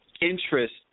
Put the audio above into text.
interest